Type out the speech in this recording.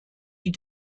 die